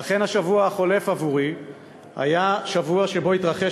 ואכן השבוע החולף היה עבורי שבוע שבו התרחש